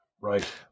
Right